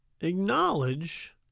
acknowledge